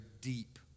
deep